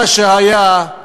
מה שהיה הוא